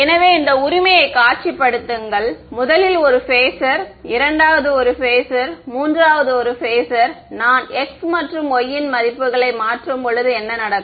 எனவே இந்த உரிமையை காட்சிப்படுத்துங்கள் முதலில் ஒரு பேஸர் இரண்டாவது ஒரு பேஸர் மூன்றாவது ஒரு பேஸர் நான் x மற்றும் y இன் மதிப்புகளை மாற்றும்போது என்ன நடக்கும்